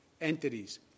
entities